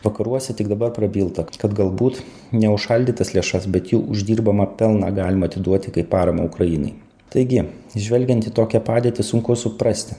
vakaruose tik dabar prabilta kad galbūt ne užšaldytas lėšas bet jų uždirbamą pelną galima atiduoti kaip paramą ukrainai taigi žvelgiant į tokią padėtį sunku suprasti